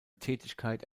tätigkeit